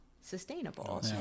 sustainable